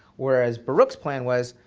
whereas baruch's plan was,